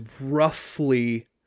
roughly